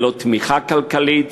ללא תמיכה כלכלית,